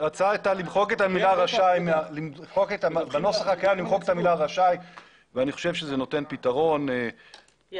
ההצעה הייתה למחוק את המילה 'רשאי' ואני חושב שזה נותן פתרון ראוי.